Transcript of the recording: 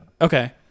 Okay